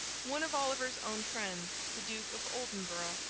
one of oliver's own friends, the duke of oldenburgh,